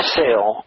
sale